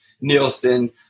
nielsen